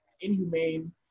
inhumane